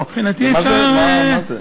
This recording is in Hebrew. מה זה?